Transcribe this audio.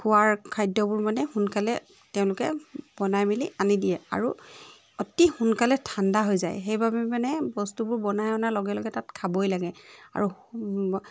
খোৱাৰ খাদ্যবোৰ মানে সোনকালে তেওঁলোকে বনাই মেলি আনি দিয়ে আৰু অতি সোনকালে ঠাণ্ডা হৈ যায় সেইবাবে মানে বস্তুবোৰ বনাই অনাৰ লগে লগে তাত খাবই লাগে আৰু